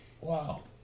Wow